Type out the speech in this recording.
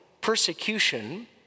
persecution